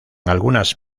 algunas